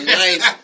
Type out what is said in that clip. nice